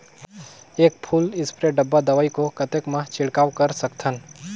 एक full spray डब्बा दवाई को कतेक म छिड़काव कर सकथन?